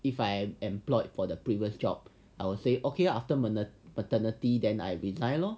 if I employed for the previous job I will say okay after man the paternity then I resign lor